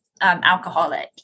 alcoholic